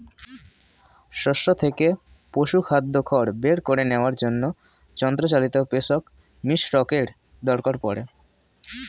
শস্য থেকে পশুখাদ্য খড় বের করে নেওয়ার জন্য যন্ত্রচালিত পেষক মিশ্রকের দরকার পড়ে